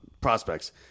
prospects